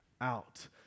out